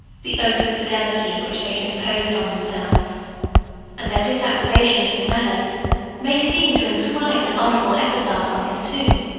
the oath of fidelity which they had imposed on themselves and their disapprobation of his manners may seem to inscribe an honorable epitaph on his tomb.